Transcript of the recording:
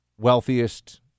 wealthiest